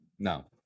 No